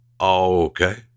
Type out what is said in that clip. Okay